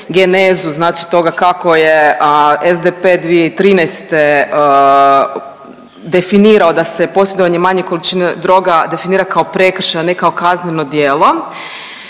genezu znači toga kako je SDP 2013. definirao da se posjedovanje manjih količina droga definira kao prekršajno, ne kao kazneno djelo